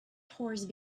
horse